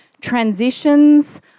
transitions